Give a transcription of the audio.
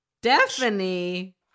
Stephanie